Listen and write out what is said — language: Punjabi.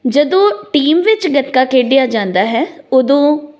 ਜਦੋਂ ਟੀਮ ਵਿੱਚ ਗੱਤਕਾ ਖੇਡਿਆ ਜਾਂਦਾ ਹੈ ਉਦੋਂ